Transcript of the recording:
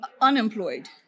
unemployed